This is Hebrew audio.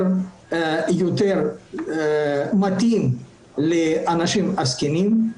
יותר מתאים לאנשים הזקנים.